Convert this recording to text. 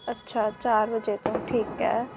ਅੱਛਾ ਚਾਰ ਵਜੇ ਤੋਂ ਠੀਕ ਹੈ